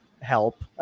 help